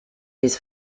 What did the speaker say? his